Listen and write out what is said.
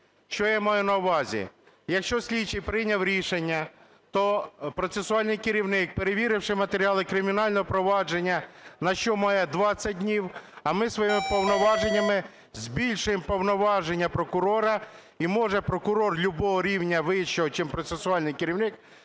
Що я маю на увазі? Якщо слідчий прийняв рішення, то процесуальний керівник, перевіривши матеріали кримінального провадження, на що має 20 днів, а ми своїми повноваженнями збільшуємо повноваження прокурора, і може прокурор любого рівня вищого, чим процесуальний керівник,